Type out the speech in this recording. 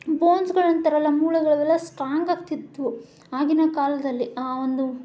ಬೋನ್ಸ್ಗಳು ಅಂತಾರಲ್ಲ ಮೂಳೆಗಳು ಅವೆಲ್ಲ ಸ್ಟ್ರಾಂಗ್ ಆಗ್ತಿತ್ತು ಆಗಿನ ಕಾಲದಲ್ಲಿ ಆ ಒಂದು